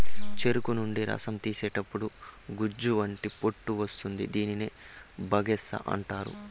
చెరుకు నుండి రసం తీసేతప్పుడు గుజ్జు వంటి పొట్టు వస్తుంది దీనిని బగస్సే అంటారు